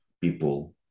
people